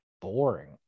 boring